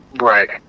Right